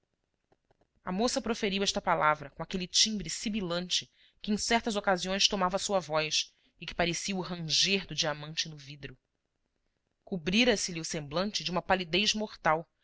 a moça proferiu esta palavra com aquele timbre sibilante que em certas ocasiões tomava sua voz e que parecia o ranger do diamante no vidro cobrira se lhe o semblante de uma palidez mortal